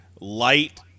light